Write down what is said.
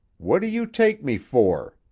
what do you take me for?